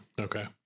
Okay